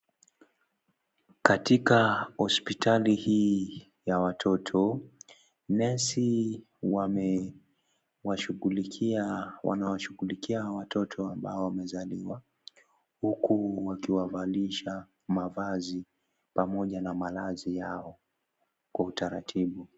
Katika hospitali hii ya watoto nesi wamewashughulikia watoto ambao wamezaliwa huku wakiwavalisha mavazi pamoja na malazi yao Kwa utaratibu.